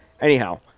Anyhow